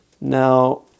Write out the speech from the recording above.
Now